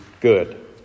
good